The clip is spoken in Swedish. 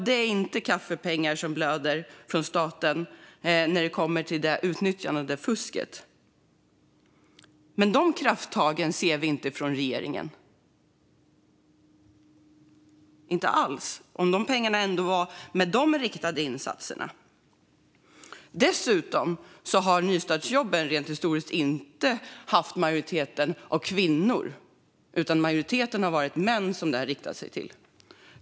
Det är inte kaffepengar som blöder från staten i samband med detta utnyttjande och fusk. Men där ser vi inga krafttag alls från regeringen för att se till att de pengarna går till de riktade insatserna. Dessutom har majoriteten av nystartsjobben historiskt sett inte riktat sig till kvinnor utan till män.